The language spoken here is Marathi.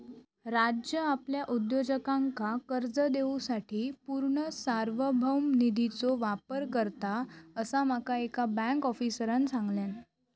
राज्य आपल्या उद्योजकांका कर्ज देवूसाठी पूर्ण सार्वभौम निधीचो वापर करता, असा माका एका बँक आफीसरांन सांगल्यान